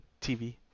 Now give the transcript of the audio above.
tv